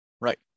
Right